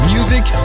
Music